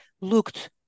looked